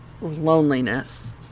loneliness